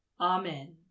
Amen